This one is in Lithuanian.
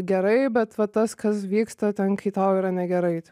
gerai bet va tas kas vyksta ten kai tau yra negerai